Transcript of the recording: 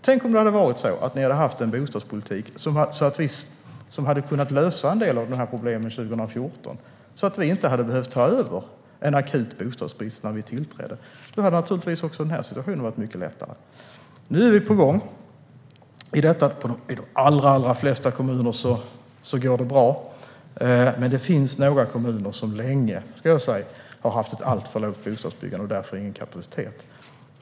Tänk om er bostadspolitik hade kunnat lösa en del av problemen 2014 så att vi inte hade behövt ta över en akut bostadsbrist när vi tillträdde. Då hade givetvis också denna situation varit mycket lättare. Nu är det på gång. I de allra flesta kommuner går det bra. Det finns dock några kommuner som länge har haft ett alltför lågt bostadsbyggande och därför inte har någon kapacitet.